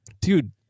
dude